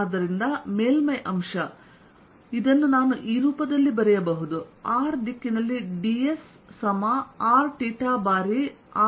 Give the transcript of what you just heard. ಆದ್ದರಿಂದ ಮೇಲ್ಮೈ ಅಂಶ ನಾನು ಈ ರೂಪದಲ್ಲಿಬರೆಯಬಹುದು r ದಿಕ್ಕಿನಲ್ಲಿ dS ಸಮr dθಬಾರಿr sin θ dϕ